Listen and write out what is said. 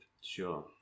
Sure